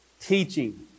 teaching